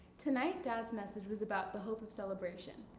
tonight, dad's message was about the hope of celebration.